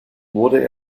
wurde